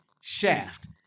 Shaft